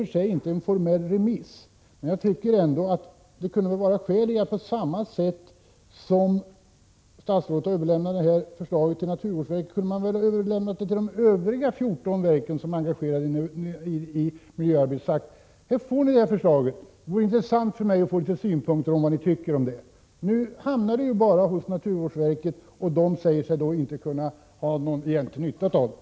Jag begär inte någon formell remiss, men jag tycker ändå 8 maj 1987 att det kunde vara skäl att, på samma sätt som statsrådet överlämnar ä a de RA É 3 Om riskerna med benförslaget till naturvårdsverket, överlämna det till de övriga 14 verk som är Å E å seniblyfribensin engagerade i miljöarbetet och säga: Här får ni det här förslaget, det vore intressant för mig att få era synpunkter på det. Nu hamnar förslaget bara hos naturvårdsverket, som säger sig inte ha någon egentlig nytta av det.